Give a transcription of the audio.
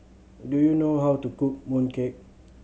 do you know how to cook mooncake